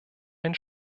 ein